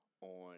on